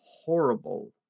Horrible